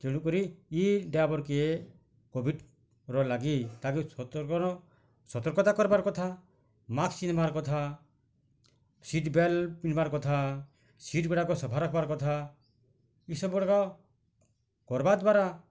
ତେଣୁକରି ଇ ଡ୍ରାଇଭର୍କେ କୋଭିଡ଼୍ର ଲାଗି ତାକୁ ସତର୍କର ସତର୍କତା କର୍ବାର୍ କଥା ମାସ୍କ୍ ପିନ୍ଧବାର୍ କଥା ସିଟ୍ ବେଲ୍ଟ୍ ପିନ୍ଧବାର୍ କଥା ସିଟ୍ଗୁଡ଼ାକ ସଫା ରଖବାର୍ କଥା ଏସବୁ ଗୁଡ଼ାକ କର୍ବା ଦ୍ଵାରା